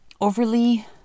overly